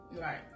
Right